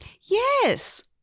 Yes